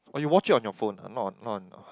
or you watch it on your phone not on not on